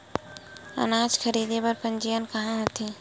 अनाज खरीदे के पंजीयन कहां होथे?